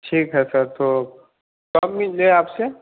ठीक है सर तो कब मिलें आपसे